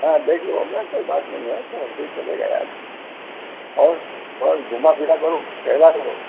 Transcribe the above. हाँ देखलो अपना कोई बात नहीं है चलेगा यार और और घूमा फिरा करो टहला करो